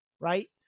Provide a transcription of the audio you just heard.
right